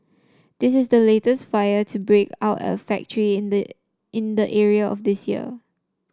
this is the latest fire to break out at a factory in the in the area this year